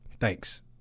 Thanks